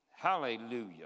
Hallelujah